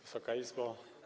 Wysoka Izbo!